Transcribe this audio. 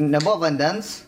nebuvo vandens